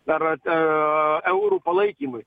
darat e eurų palaikymui